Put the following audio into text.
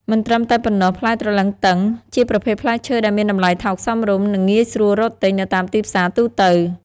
មិនត្រឹមតែប៉ុណ្ណោះ ផ្លែទ្រលឹងទឹងជាប្រភេទផ្លែឈើដែលមានតម្លៃថោកសមរម្យ និងងាយស្រួលរកទិញនៅតាមទីផ្សារទូទៅ។